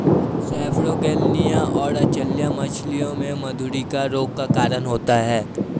सेपरोगेलनिया और अचल्य मछलियों में मधुरिका रोग का कारण होता है